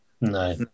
No